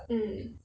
mm